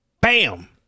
Bam